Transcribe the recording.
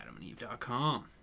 AdamandEve.com